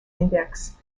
index